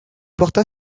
porta